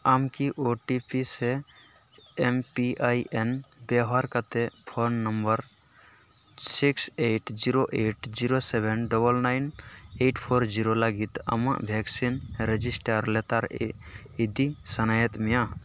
ᱟᱢᱠᱤ ᱳᱴᱤᱯᱤ ᱥᱮ M P I N ᱵᱮᱣᱦᱟᱨ ᱠᱟᱛᱮᱫ phone number six eight zero eight zero seven double nine eight four zero ᱞᱟᱜᱤᱫᱽ ᱟᱢᱟᱜ ᱵᱷᱮᱠᱥᱤᱱ ᱨᱮᱡᱤᱥᱴᱟᱨ ᱞᱮᱛᱟᱲ ᱤᱫᱤ ᱥᱟᱱᱟᱭᱮᱫ ᱢᱮᱭᱟ